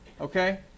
okay